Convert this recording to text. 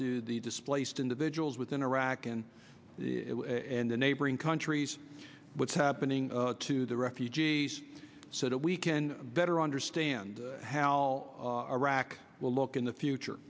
to the displaced individuals within iraq and in the neighboring countries what's happening to the refugees so that we can better understand how our rock will look in the future